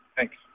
Thanks